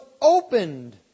opened